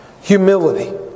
humility